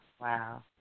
Wow